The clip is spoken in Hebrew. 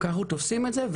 כך אנחנו תופסים את זה.